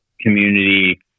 community